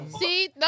See